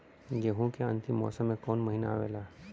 गेहूँ के अंतिम मौसम में कऊन महिना आवेला?